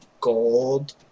gold